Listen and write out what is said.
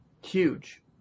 huge